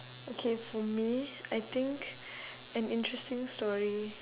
okay for me I think an interesting story